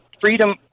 freedom